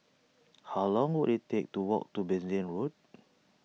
how long will it take to walk to Bassein Road